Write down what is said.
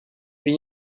can